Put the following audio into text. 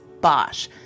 Bosch